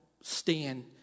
stand